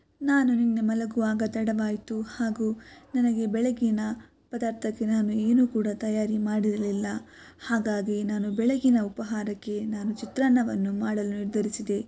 ನಾನು ನಿನ್ನೆ ಮಲಗುವಾಗ ತಡವಾಯಿತು ಹಾಗೂ ನನಗೆ ಬೆಳಗ್ಗಿನ ಪದಾರ್ಥಕ್ಕೆ ನಾನು ಏನು ಕೂಡ ತಯಾರಿ ಮಾಡಿರಲಿಲ್ಲ ಹಾಗಾಗಿ ನಾನು ಬೆಳಗ್ಗಿನ ಉಪಹಾರಕ್ಕೆ ನಾನು ಚಿತ್ರಾನ್ನವನ್ನು ಮಾಡಲು ನಿರ್ಧರಿಸಿದೆ